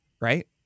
right